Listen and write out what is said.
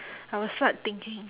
I was not thinking